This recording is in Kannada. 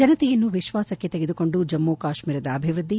ಜನತೆಯನ್ನು ವಿಶ್ವಾಸಕ್ಕೆ ತೆಗೆದುಕೊಂಡು ಜಮ್ಮ ಕಾಶ್ಮೀರದ ಅಭಿವೃದ್ಧಿ